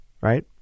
right